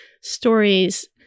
stories